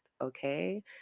Okay